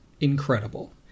incredible